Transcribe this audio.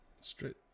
Straight